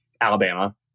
Alabama